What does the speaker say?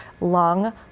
lung